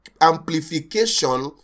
amplification